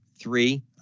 three